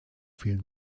vielen